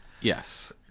Yes